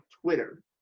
twitter